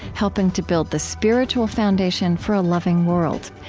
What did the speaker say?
helping to build the spiritual foundation for a loving world.